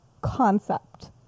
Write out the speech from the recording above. concept